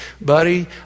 buddy